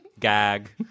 gag